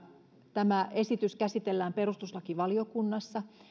tämä esitys käsitellään perustuslakivaliokunnassa